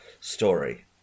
story